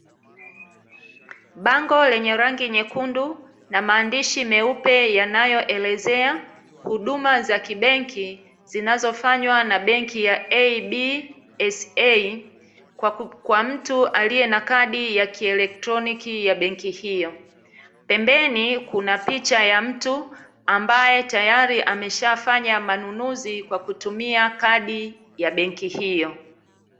Bango lenye rangi nyekundu na maandishi meupe yanayoelezea huduma za kibenki, zinazofanywa na benki ya "absa" kwa mtu aliye na kadi ya kielektroniki ya benki hiyo. Pembeni, kuna picha ya mtu ambaye tayari ameshafanya manunuzi kwa kutumia kadi ya benki hiyo.